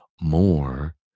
more